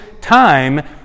time